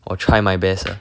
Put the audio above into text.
我 try my best